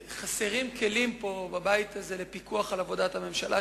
עולה שחסרים בבית הזה כלים לפיקוח על עבודת הממשלה,